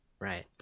Right